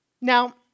Now